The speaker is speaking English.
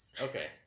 Okay